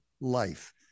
life